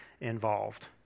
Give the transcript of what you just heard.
involved